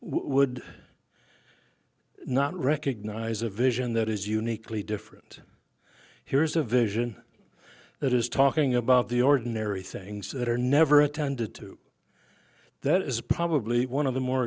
would not recognize a vision that is uniquely different here's a vision that is talking about the ordinary things that are never attended to that is probably one of the more